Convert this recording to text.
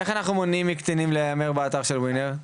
איך אנחנו מונעים מקטינים להמר באתר של ווינר?